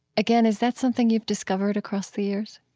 again, is that something you've discovered across the years?